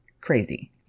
crazy